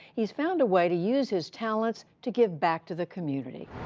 he has found a way to use his talents to give back to the community.